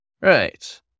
Right